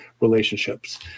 relationships